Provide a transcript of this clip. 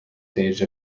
stage